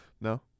No